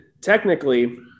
technically